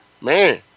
man